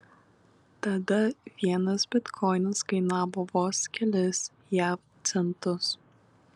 tada vienas bitkoinas kainavo vos kelis jav centus